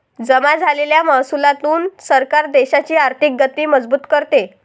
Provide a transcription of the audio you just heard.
जमा झालेल्या महसुलातून सरकार देशाची आर्थिक गती मजबूत करते